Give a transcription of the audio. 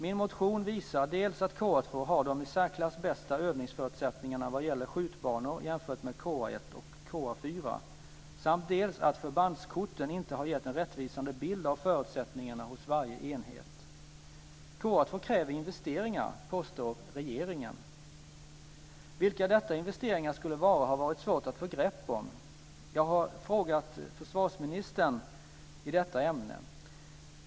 Min motion visar dels att KA 2 har de i särklass bästa övningsförutsättningarna vad gäller skjutbanor jämfört med KA 1 och KA 4, dels att förbandskorten inte har gett en rättvisande bild av förutsättningarna hos varje enhet. KA 2 kräver investeringar, påstår regeringen. Vilka dessa investeringar skulle vara har varit svårt att få grepp om. Jag har därför ställt skriftlig fråga i ämnet till försvarsministern.